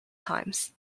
times